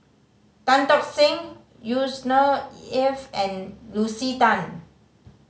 Tan Talk Seng Yusnor Ef and Lucy Tan